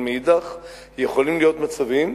אבל מאידך גיסא, יכולים להיות מצבים,